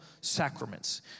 sacraments